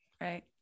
right